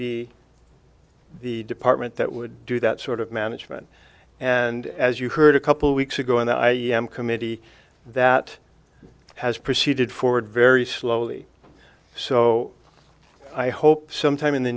be the department that would do that sort of management and as you heard a couple weeks ago and i am committee that has proceeded forward very slowly so i hope sometime in the